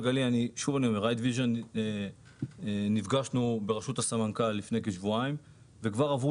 עםridevision נפגשנו בראשות הסמנכ"ל לפני כשבועיים וכבר עברו